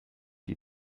die